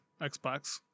Xbox